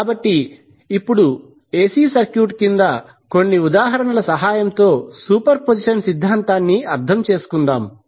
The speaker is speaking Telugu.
కాబట్టి ఇప్పుడు ఎసి సర్క్యూట్ కింద కొన్ని ఉదాహరణల సహాయంతో సూపర్ పొజిషన్ సిద్ధాంతాన్ని అర్థం చేసుకుందాం